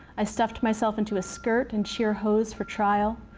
i stuffed myself into a skirt and sheer hose for trial.